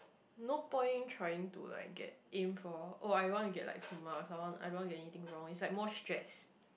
no point trying to like get aim for oh I want to get full mark so I want I don't want to get anything wrong is like more stress